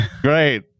great